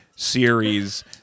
series